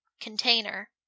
container